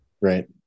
right